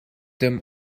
them